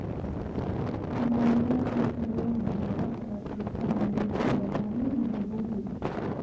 बाजरा के प्रयोग भारत और अफ्रीका में रोटी बनाबे में होबो हइ